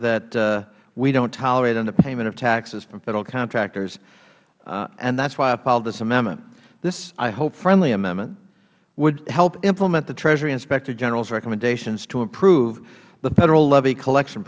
that we dont tolerate underpayment of taxes from federal contractors that is why i filed this amendment this i hope friendly amendment would help implement the treasury inspector generals recommendations to improve the federal levy collection